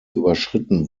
überschritten